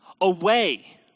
Away